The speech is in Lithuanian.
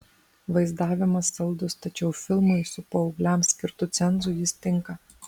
vaizdavimas saldus tačiau filmui su paaugliams skirtu cenzu jis tinka